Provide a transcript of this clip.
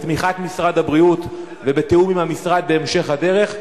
בתמיכת משרד הבריאות ובתיאום עם המשרד בהמשך הדרך,